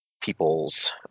peoples